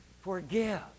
forgive